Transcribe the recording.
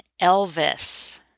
Elvis